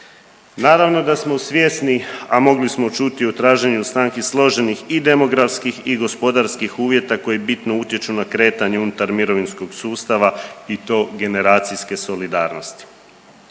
Naravno da smo svjesni, a mogli smo čuti i u traženju stanki složenih i demografskih i gospodarskih uvjeta koji bitno utječu na kretanje unutar mirovinskog sustava i to generacijske solidarnosti.